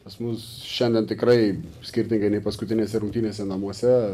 pas mus šiandien tikrai skirtingai nei paskutinėse rungtynėse namuose